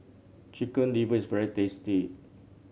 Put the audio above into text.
Chicken Liver is very tasty